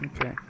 Okay